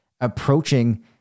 approaching